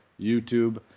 YouTube